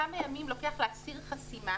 כמה ימים לוקח להסיר חסימה